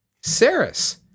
Ceres